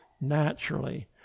naturally